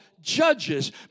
judges